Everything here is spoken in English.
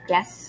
Yes